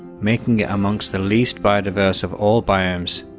making it among the least biodiverse of all biomes.